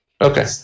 Okay